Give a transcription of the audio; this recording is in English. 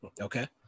Okay